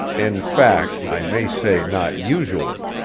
in fact i may say not usually.